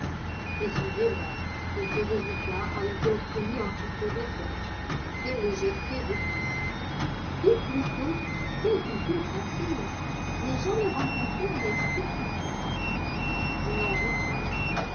précisément et ce résultat a été obtenu en si peu de temps quelle légèreté de touche dites plutôt quelle culture facile je n'ai jamais rencontré un esprit plus souple je n'en doute pas